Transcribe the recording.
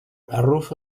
arrufa